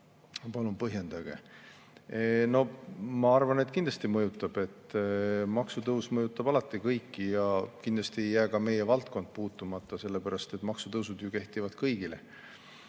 Palun põhjendage." Ma arvan, et kindlasti mõjutab, maksutõus mõjutab alati kõiki ja kindlasti ei jää ka meie valdkond sellest puutumata, sellepärast et maksutõusud ju kehtivad kõigile.